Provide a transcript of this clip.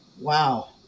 wow